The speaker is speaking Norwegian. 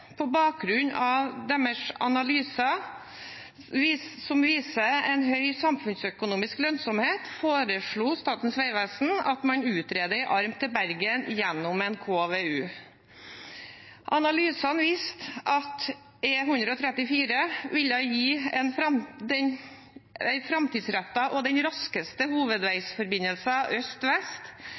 På bakgrunn av deres analyser, som viser en høy samfunnsøkonomisk lønnsomhet, foreslo Statens vegvesen at man utredet en arm til Bergen gjennom en KVU. Analysene viste at E134 ville gi en framtidsrettet og den raskeste hovedveiforbindelsen fra øst til vest,